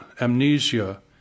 amnesia